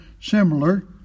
similar